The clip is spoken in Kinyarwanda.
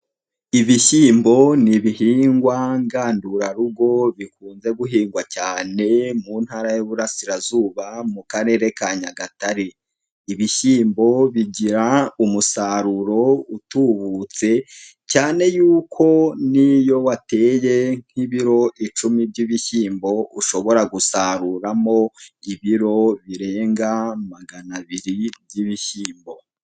Ibishyimbo ni ibihingwa ngandurarugo bikunze guhingwa cyane mu ntara y'Ububurasirazuba mu Karere ka Nyagatare, ibishyimbo bigira umusaruro utubutse cyane yuko n'iyo wateye nk'ibiro icumi by'ibishyimbo ushobora gusaruramo ibiro birenga magana abiri by'ibishyimbo.